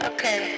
Okay